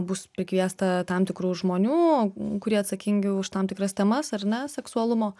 bus prikviesta tam tikrų žmonių kurie atsakingi už tam tikras temas ar ne seksualumo